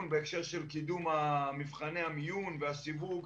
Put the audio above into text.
בהקשר של קידום מבחני המיון והסיווג